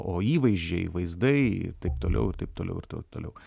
o įvaizdžiai vaizdai ir taip toliau ir taip toliau ir to toliau